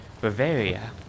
Bavaria